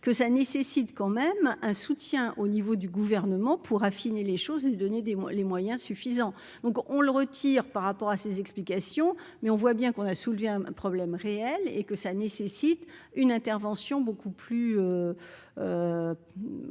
que ça nécessite quand même un soutien au niveau du gouvernement pour affiner les choses et de donner des les moyens suffisants, donc on le retire par rapport à ses explications, mais on voit bien qu'on a soulevé un problème réel et que ça nécessite une intervention beaucoup plus